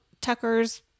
Tucker's